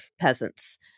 peasants